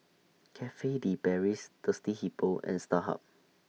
Cafe De Paris Thirsty Hippo and Starhub